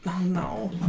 no